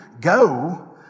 Go